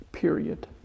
Period